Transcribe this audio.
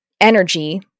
energy